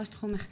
ראש תחום מחקר,